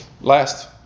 Last